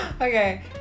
Okay